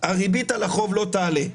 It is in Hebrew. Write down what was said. הריבית על החוב לא תעלה,